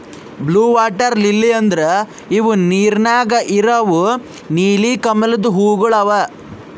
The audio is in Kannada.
ಬ್ಲೂ ವಾಟರ್ ಲಿಲ್ಲಿ ಅಂದುರ್ ಇವು ನೀರ ನ್ಯಾಗ ಇರವು ನೀಲಿ ಕಮಲದ ಹೂವುಗೊಳ್ ಅವಾ